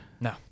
no